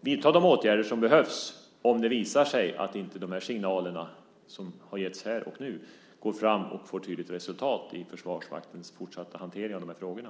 vidta de åtgärder som behövs om det visar sig att de signaler som har getts här och nu inte går fram och får tydligt resultat i Försvarsmaktens fortsatta hantering av de här frågorna.